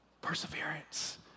Perseverance